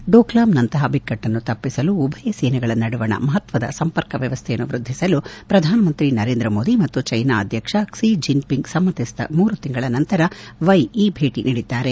ಡೋಕ್ಲಾಮ್ನಂತಹ ಬಿಕ್ಕಟ್ಟನ್ನು ತಪ್ಪಿಸಲು ಉಭಯ ಸೇನೆಗಳ ನಡುವಣ ಮಹತ್ವದ ಸಂಪರ್ಕ ವ್ಯವಸ್ಥೆಯನ್ನು ವೃದ್ಧಿಸಲು ಪ್ರಧಾನಮಂತ್ರಿ ನರೇಂದ್ರಮೋದಿ ಮತ್ತು ಚೈನಾ ಅಧ್ಯಕ್ಷ ಕ್ಲಿ ಜಿನ್ಪಿಂಗ್ ಸಮ್ಕತಿಸಿದ ಮೂರು ತಿಂಗಳ ನಂತರ ವೈ ಈ ಭೇಟಿ ನೀಡಿದ್ದಾರೆ